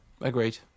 agreed